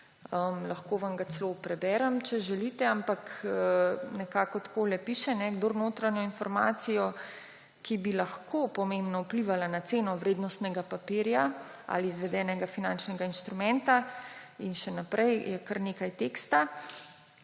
Lahko vam ga celo preberem, če želite, nekako takole piše: »Kdor notranjo informacijo, ki bi lahko pomembno vplivala na ceno vrednostnega papirja ali izvedenega finančnega inštrumenta,« in še naprej, je kar nekaj teksta,